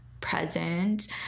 present